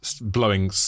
blowing